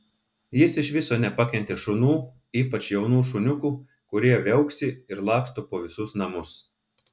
jis iš viso nepakentė šunų ypač jaunų šuniukų kurie viauksi ir laksto po visus namus